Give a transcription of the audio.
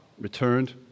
returned